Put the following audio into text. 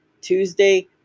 Tuesday